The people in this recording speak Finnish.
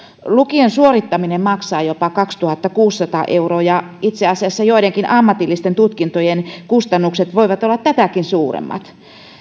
lukion suorittaminen maksaa jopa kaksituhattakuusisataa euroa ja itse asiassa joidenkin ammatillisten tutkintojen kustannukset voivat olla tätäkin suuremmat